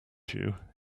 you